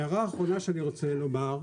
הערה אחרונה שאני רוצה לומר,